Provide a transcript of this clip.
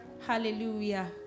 Hallelujah